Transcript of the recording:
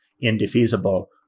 indefeasible